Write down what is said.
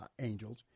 angels